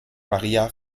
maria